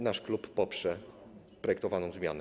Nasz klub poprze projektowaną zmianę.